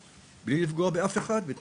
בלי לפגוע באף אחד זה לא זה.